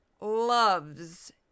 loves